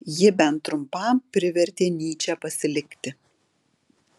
ji bent trumpam privertė nyčę pasilikti